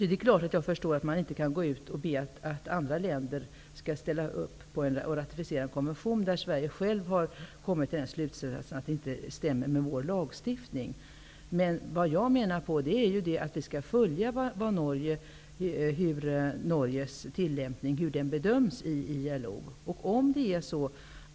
Det är klart att jag förstår att Sverige inte kan gå ut och begära att andra länder skall ställa upp och ratificera en konvention när vi i Sverige själva har kommit till den slutsatsen att den inte stämmer med vår lagstiftning. Jag menar att vi skall följa hur Norges tillämpning bedöms inom ILO.